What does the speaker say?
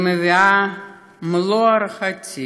אני מביעה את מלוא הערכתי